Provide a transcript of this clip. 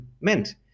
meant